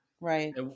Right